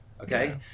okay